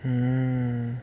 hmm